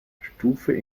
stufe